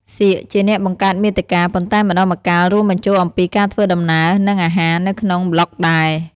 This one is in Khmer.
សៀក ជាអ្នកបង្កើតមាតិកា ប៉ុន្តែម្តងម្កាលរួមបញ្ចូលអំពីការធ្វើដំណើរ និងអាហារនៅក្នុងប្លុកដែរ។